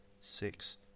six